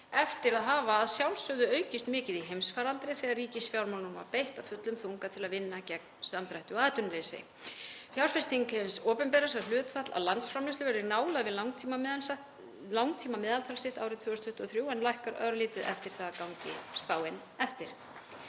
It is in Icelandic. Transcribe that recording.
eftir að hafa að sjálfsögðu aukist mikið í heimsfaraldri þegar ríkisfjármálunum var beitt af fullum þunga til að vinna gegn samdrætti og atvinnuleysi. Fjárfesting hins opinbera sem hlutfall af landsframleiðslu verður í nálægð við langtímameðaltal sitt árið 2023 en lækkar örlítið eftir það gangi spáin eftir.